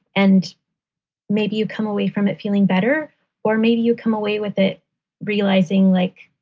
and maybe you come away from it feeling better or maybe you come away with it realizing like,